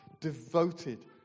devoted